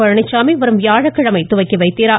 பழனிச்சாமி வரும் வியாழக்கிழமை துவக்கி வைக்கிறார்